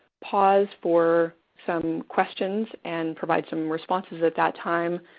pause for some questions, and provide some responses at that time.